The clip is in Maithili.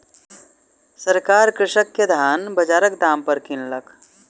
सरकार कृषक के धान बजारक दाम पर किनलक